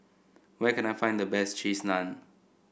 where can I find the best Cheese Naan